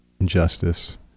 injustice